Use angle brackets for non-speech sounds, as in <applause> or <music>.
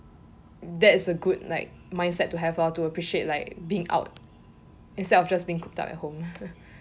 that is a good like mindset to have lor to appreciate like being out instead of just being cooped up at home <laughs>